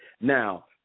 Now